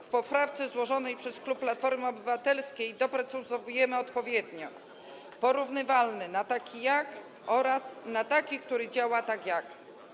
W poprawce złożonej przez klub Platformy Obywatelskiej doprecyzowujemy, zmieniamy odpowiednio: „porównywalny” na „taki jak” oraz na „taki, który działa tak jak”